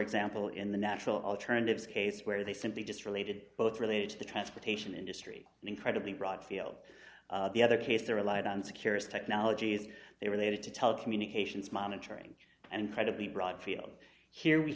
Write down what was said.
example in the natural alternatives case where they simply just related both related to the transportation industry an incredibly broad field the other case they relied on securities technologies they related to telecommunications monitoring and credit the broad field here we